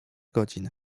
godzin